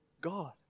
God